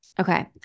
Okay